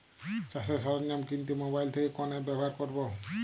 চাষের সরঞ্জাম কিনতে মোবাইল থেকে কোন অ্যাপ ব্যাবহার করব?